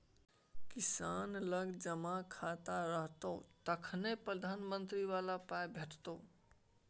किसान लग जमा खाता रहतौ तखने प्रधानमंत्री बला पाय भेटितो